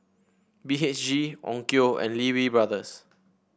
B H G Onkyo and Lee Wee Brothers